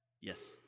Yes